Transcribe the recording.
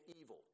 evil